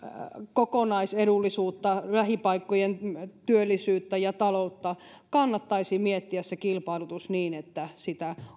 kokonaisedullisuutta lähipaikkojen työllisyyttä ja taloutta miettiä se kilpailutus niin että sitä